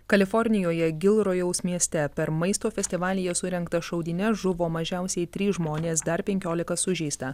kalifornijoje gilrojaus mieste per maisto festivalyje surengtas šaudynes žuvo mažiausiai trys žmonės dar penkiolika sužeista